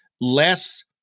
less